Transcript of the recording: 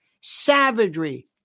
savagery